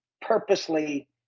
purposely